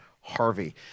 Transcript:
Harvey